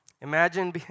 Imagine